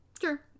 Sure